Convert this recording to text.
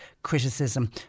criticism